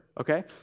okay